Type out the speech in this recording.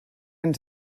ens